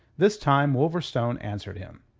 this time wolverstone answered him.